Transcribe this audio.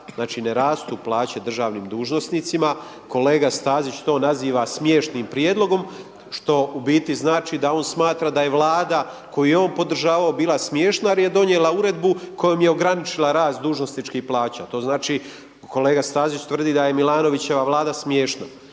znači ne rastu plaće državnim dužnosnicima. Kolega Stazić to naziva smiješnim prijedlogom što u biti znači da on smatra da je Vlada koju je on podržavao bila smiješna jer je donijela uredbu kojom je ograničila rast dužnosničkih plaća. To znači kolega Stazić tvrdi da je Milanovićeva Vlada smiješna.